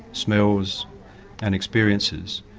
smells and experiences.